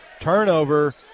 turnover